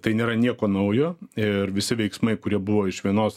tai nėra nieko naujo ir visi veiksmai kurie buvo iš vienos